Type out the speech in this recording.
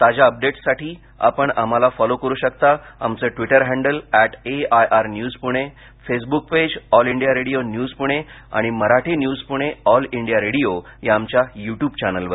ताज्या अपडेट्ससाठी आपण आम्हाला फॉलो करु शकता आमचं Twitter handle at AIR news Pune Facebook page all India radio news Pune आणि Marathi news Pune all India radio या आमच्या युट्युब चॅनेलवर